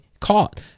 caught